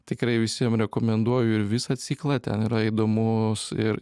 tikrai visiem rekomenduoju ir visą ciklą ten yra įdomus ir